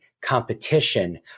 competition